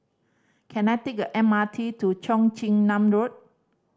can I take the M R T to Cheong Chin Nam Road